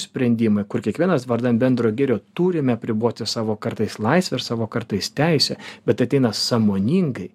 sprendimai kur kiekvienas vardan bendro gėrio turime apriboti savo kartais laisvę ir savo kartais teisę bet ateina sąmoningai